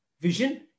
vision